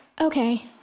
Okay